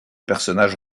personnages